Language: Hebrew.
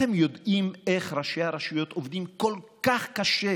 אתם יודעים איך ראשי הרשויות עובדים כל כך קשה